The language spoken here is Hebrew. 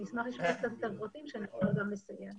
אני אשמח לשמוע קצת יותר פרטים כדי שנוכל גם לסייע.